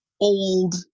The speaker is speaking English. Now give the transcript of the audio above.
old